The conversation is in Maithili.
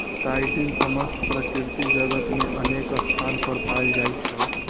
काइटिन समस्त प्रकृति जगत मे अनेक स्थान पर पाएल जाइ छै